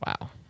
Wow